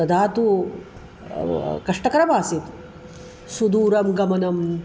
तदा तु कष्टकरमासीत् सुदूरं गमनं